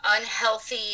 unhealthy